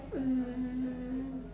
um